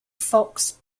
fox